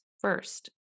first